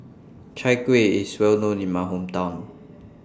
Chai Kuih IS Well known in My Hometown